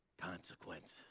consequences